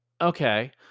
okay